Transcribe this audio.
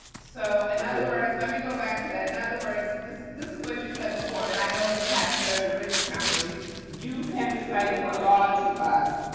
so, in other words, let me go back to that. in other words, this this is what you said before, and i know from having served as legal counsel, you you can recite the law to us,